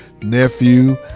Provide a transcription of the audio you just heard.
nephew